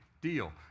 deal